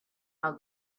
how